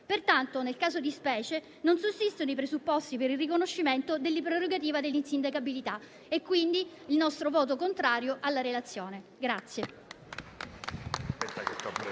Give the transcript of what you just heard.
Pertanto, nel caso di specie, non sussistono i presupposti per il riconoscimento della prerogativa dell'insindacabilità e, quindi, esprimeremo un voto contrario alla relazione.